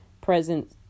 present